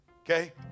Okay